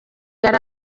yari